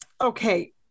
Okay